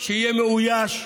שיהיה מאויש,